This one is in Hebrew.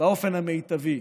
באופן המיטבי.